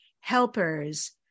helpers